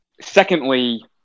Secondly